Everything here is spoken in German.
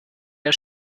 der